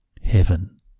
heaven